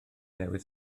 newydd